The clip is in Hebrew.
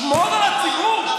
שמור על הציבור.